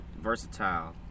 versatile